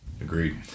Agreed